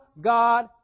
God